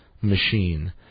Machine